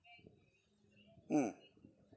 mm